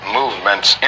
movements